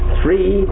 three